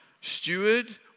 steward